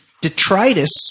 detritus